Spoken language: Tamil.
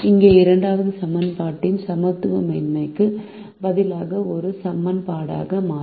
இங்கே இரண்டாவது சமன்பாடு சமத்துவமின்மைக்கு பதிலாக ஒரு சமன்பாடாக மாறும்